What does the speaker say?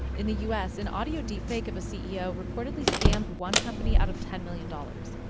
in the u s, an audio deepfake of a ceo reportedly scammed one company out of ten million dollars.